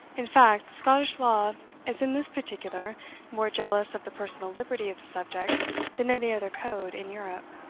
in fact, the scottish law is in this particular more jealous of the personal liberty of the subject than any other code in europe.